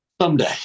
Someday